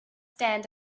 stand